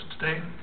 today